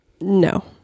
No